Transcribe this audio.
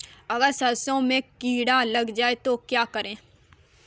अगर सरसों में कीड़ा लग जाए तो क्या करें?